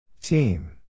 Team